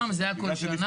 פעם זה היה כל שנה.